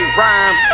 rhyme